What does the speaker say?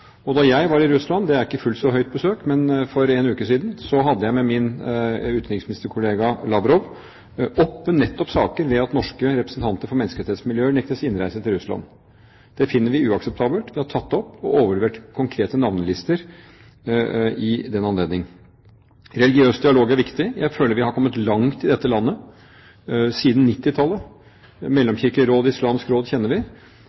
Da jeg var i Russland – det er ikke fullt så høyt besøk – for en uke siden, tok jeg med min utenriksministerkollega Lavrov nettopp opp at norske representanter for menneskerettighetsmiljøer nektes innreise til Russland. Det finner vi uakseptabelt, vi har tatt det opp og overlevert konkrete navnelister i den anledning. Religiøs dialog er viktig. Jeg føler vi har kommet langt i dette landet siden 1990-tallet. Mellomkirkelig råd og Islamsk Råd kjenner vi.